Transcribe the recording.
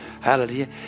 Hallelujah